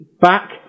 back